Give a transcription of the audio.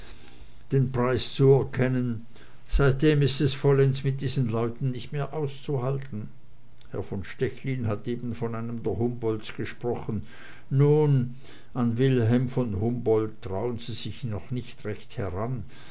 den preis zuerkennen seitdem ist es vollends mit diesen leuten nicht mehr auszuhalten herr von stechlin hat eben von einem der humboldts gesprochen nun an wilhelm von humboldt trauen sie sich noch nicht recht heran